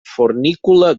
fornícula